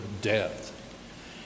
death